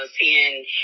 seeing